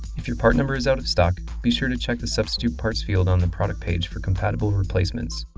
if your part number is out of stock, be sure to check the substitute parts field on the product page for compatible replacements.